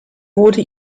wurde